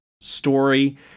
story